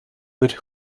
with